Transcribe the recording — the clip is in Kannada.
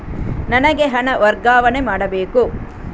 ನನಗೆ ಹಣ ವರ್ಗಾವಣೆ ಮಾಡಬೇಕು